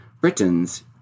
Britons